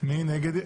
מי נגד?